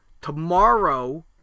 Tomorrow